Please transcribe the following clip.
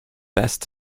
best